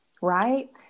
right